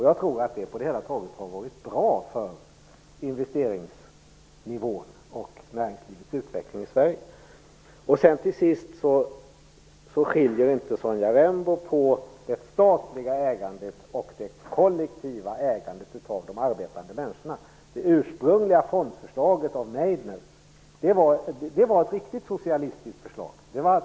Jag tror att det på det hela taget har varit bra för investeringsnivån och näringslivets utveckling i Sverige. Till sist skiljer inte Sonja Rembo på statligt ägande och kollektivt ägande av arbetande människor. Det ursprungliga fondförslaget av Meidner var ett riktigt socialistiskt förslag.